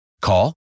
Call